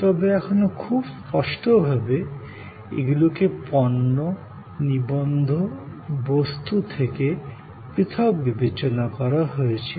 তবে এখনও খুব স্পষ্টভাবে এগুলিকে পণ্য বস্তূ থেকে পৃথক বিবেচনা করা হয়েছিল